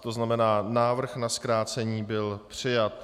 To znamená, návrh na zkrácení lhůty byl přijat.